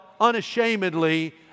unashamedly